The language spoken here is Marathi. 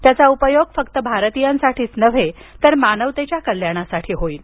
याचा उपयोग फक्त भारतीयांसाठीच नव्हे तर मानवतेच्या कल्याणासाठी होईल